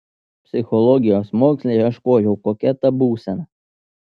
psichologijos moksle ieškojau kokia ta būsena